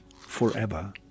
forever